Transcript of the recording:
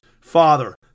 Father